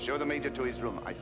show that made it to his room i